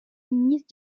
ministre